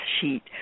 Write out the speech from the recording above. sheet